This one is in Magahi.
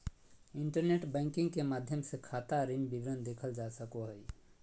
इंटरनेट बैंकिंग के माध्यम से खाता ऋण विवरण देखल जा सको हइ